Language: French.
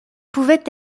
pouvaient